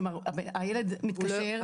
כלומר, הילד מתקשר.